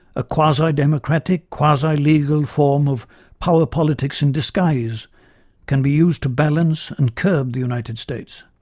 a quasi-democratic, quasi-legal form of power politics-in-disguise can be used to balance and curb the united states.